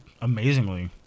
amazingly